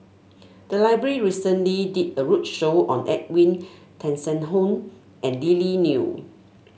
the library recently did a roadshow on Edwin Tessensohn and Lily Neo